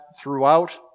throughout